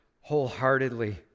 wholeheartedly